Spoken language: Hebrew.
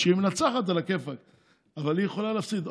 כשהיא מנצחת, עלא כיפאק, אבל היא יכולה להפסיד.